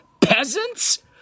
peasants